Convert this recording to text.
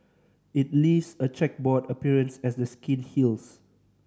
it leaves a chequerboard appearance as the skin heals